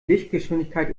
lichtgeschwindigkeit